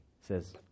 says